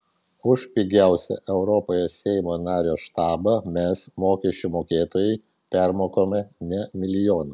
už pigiausią europoje seimo nario štabą mes mokesčių mokėtojai permokame ne milijonu